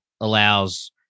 allows